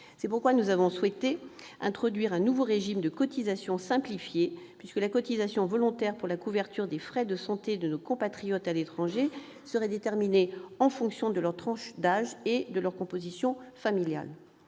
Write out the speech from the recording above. C'est pourquoi nous avons souhaité introduire un nouveau régime de cotisation simplifiée : la cotisation volontaire pour la couverture des frais de santé de nos compatriotes à l'étranger serait déterminée en fonction de leur tranche d'âge et de leur composition familiale.